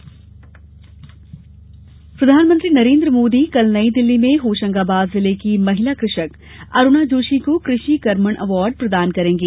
कर्मण अवार्ड प्रधानमंत्री नरेन्द्र मोदी कल नई दिल्ली में होशंगाबाद जिले की महिला कृषक अरूणा जोशी को कृषि कर्मण अवार्ड प्रदान करेंगे